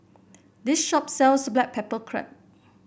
this shop sells Black Pepper Crab